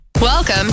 Welcome